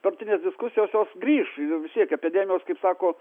partinės diskusijos jos grįš ir vis tiek epidemijos kaip sako